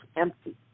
empty